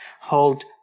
hold